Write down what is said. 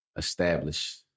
Establish